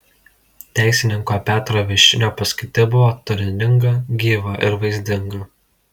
teisininko petro viščinio paskaita buvo turininga gyva ir vaizdinga